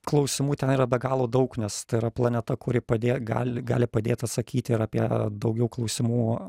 klausimų ten yra be galo daug nes tai yra planeta kuri padė gali gali padėti atsakyti ir apie daugiau klausimų